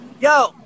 Yo